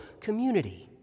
community